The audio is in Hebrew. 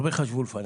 הרבה חשבו לפניך.